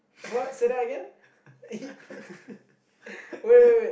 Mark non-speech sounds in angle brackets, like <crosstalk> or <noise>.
<laughs>